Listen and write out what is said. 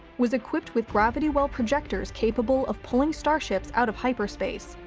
was equipped with gravity well projectors capable of pulling starships out of hyperspace,